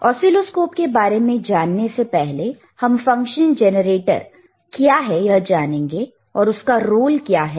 oscilloscope के बारे में जानने से पहले हम फंक्शन जनरेटर क्या है यह जानेंगे और उसका रोल क्या है